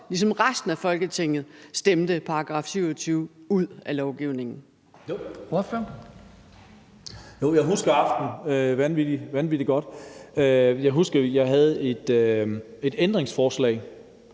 ligesom resten af Folketinget stemte § 27 ud af lovgivningen?